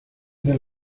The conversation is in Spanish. del